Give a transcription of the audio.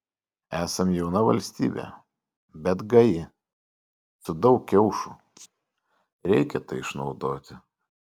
esam jauna valstybė bet gaji su daug kiaušų reikia tai išnaudoti